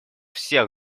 всех